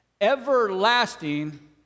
everlasting